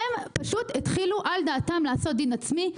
הם פשוט התחילו על דעתם לעשות דין לעצמם,